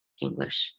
English